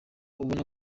ubone